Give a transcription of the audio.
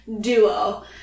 duo